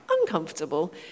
uncomfortable